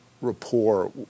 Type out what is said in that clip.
rapport